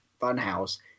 funhouse